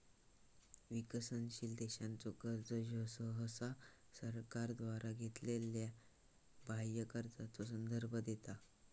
विकसनशील देशांचा कर्जा ह्यो सहसा सरकारद्वारा घेतलेल्यो बाह्य कर्जाचो संदर्भ देता